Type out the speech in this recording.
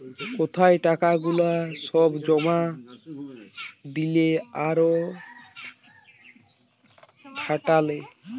কোথায় টাকা গুলা সব জমা দিলে আর খাটালে